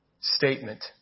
statement